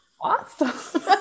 awesome